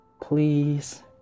Please